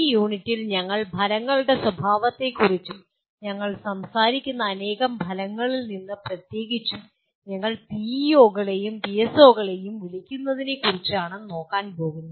ഈ യൂണിറ്റിൽ ഞങ്ങൾ ഫലങ്ങളുടെ സ്വഭാവത്തെക്കുറിച്ചും ഞങ്ങൾ സംസാരിക്കുന്ന അനേകം ഫലങ്ങളിൽ നിന്നും പ്രത്യേകിച്ചും ഞങ്ങൾ പിഇഒകളെയും പിഎസ്ഒകളെയും വിളിക്കുന്നതിനെക്കുറിച്ചാണ് നോക്കാൻ പോകുന്നത്